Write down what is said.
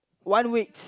one weeks